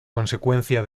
consecuencia